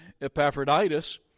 Epaphroditus